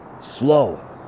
slow